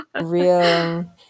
Real